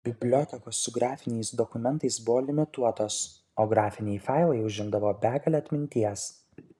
bibliotekos su grafiniais dokumentais buvo limituotos o grafiniai failai užimdavo begalę atminties